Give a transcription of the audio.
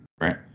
right